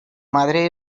madre